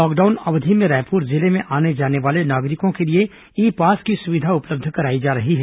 lockdown अवधि में रायपुर जिले में आने जाने वाले नागरिकों के लिए ई पास की सुविधा उपलब्ध कराई जा रही है